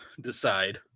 decide